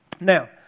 Now